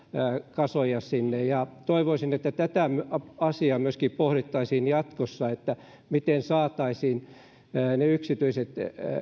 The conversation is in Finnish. kasoja sinne toivoisin että myöskin tätä asiaa pohdittaisiin jatkossa miten saataisiin niiltä yksityisiltä jotka ovat